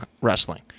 wrestling